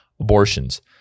abortions